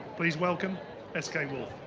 please welcome s k. wolf.